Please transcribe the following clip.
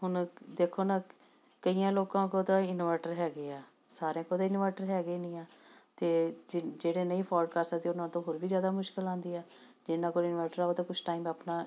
ਹੁਣ ਦੇਖੋ ਨਾ ਕਈਆਂ ਲੋਕਾਂ ਕੋਲ ਤਾਂ ਇਨਵਰਟਰ ਹੈਗੇ ਆ ਸਾਰਿਆਂ ਕੋਲ ਤਾਂ ਇਨਵਰਟਰ ਹੈਗੇ ਨਹੀਂ ਆ ਅਤੇ ਜਿ ਜਿਹੜੇ ਨਹੀਂ ਅਫੋਡ ਕਰ ਸਕਦੇ ਉਹਨਾਂ ਤੋਂ ਹੋਰ ਵੀ ਜ਼ਿਆਦਾ ਮੁਸ਼ਕਿਲ ਆਉਂਦੀ ਆ ਜਿਹਨਾਂ ਕੋਲ ਇਨਵਰਟਰ ਆ ਉਹ ਤਾਂ ਕੁਛ ਟਾਈਮ ਆਪਣਾ